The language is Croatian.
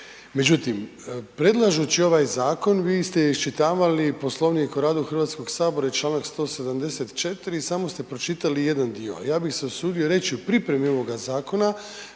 Međutim, predlažući ovaj zakon vi ste iščitavali Poslovnik o radu Hrvatskog sabora i Članak 174. i samo ste pročitali jedan dio, a ja bi se usudio reći u pripremi ovoga zakona